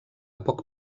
poc